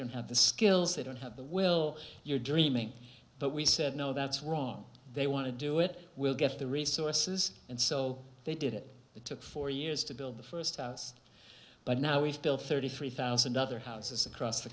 don't have the skills they don't have the well you're dreaming but we said no that's wrong they want to do it we'll get the resources and so they did it it took four years to build the first house but now we've built thirty three thousand other houses across the